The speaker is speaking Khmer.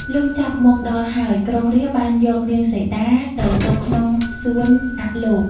លុះចាប់មកដល់ហើយ ក្រុងរាពណ៍បានយកនាងសីតាទៅទុកក្នុងសួនអលោក។